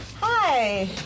hi